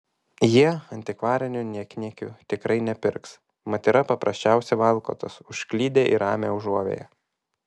jie antikvarinių niekniekių tikrai nepirks mat yra paprasčiausi valkatos užklydę į ramią užuovėją